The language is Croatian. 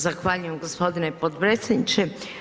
Zahvaljujem gospodine potpredsjedniče.